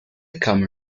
common